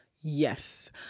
Yes